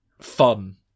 fun